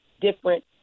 different